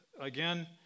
again